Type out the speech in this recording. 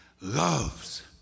loves